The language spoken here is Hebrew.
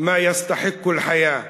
מא יסתחק אל-חיאה".